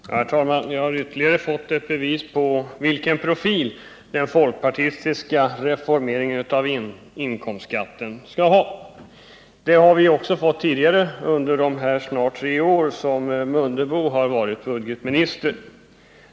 Herr talman! Jag har fått ytterligare ett bevis på vilken profil den folkpartistiska reformeringen av inkomstskatten skall ha. Sådana bevis har vi ju fått tidigare under de snart tre år som Ingemar Mundebo varit budgetmiminister.